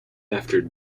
after